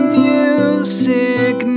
music